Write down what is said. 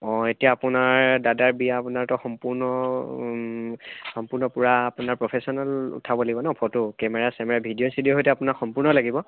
অঁ এতিয়া আপোনাৰ দাদাৰ বিয়া আপোনাৰতো সম্পূৰ্ণ সম্পূৰ্ণ পূৰা আপোনাৰ প্ৰফেশ্যনেল উঠাব লাগিব ন ফটো কেমেৰা চেমেৰা ভিডিঅ' আপোনাক সম্পূৰ্ণ লাগিব